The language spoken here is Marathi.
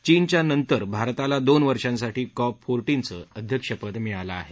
चीनच्या नंतर भारताला दोन वर्षांसाठी कॉप फोर्तिजेचं अध्यक्षपद मिळालं आहे